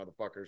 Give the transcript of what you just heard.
motherfuckers